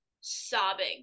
sobbing